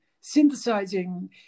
synthesizing